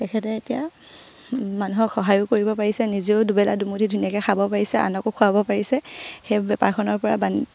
তেখেতে এতিয়া মানুহক সহায়ো কৰিব পাৰিছে নিজেও দুবেলা দুমুঠি ধুনীয়াকে খাব পাৰিছে আনকো খুৱাব পাৰিছে সেই বেপাৰখনৰ পৰা